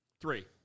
Three